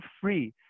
free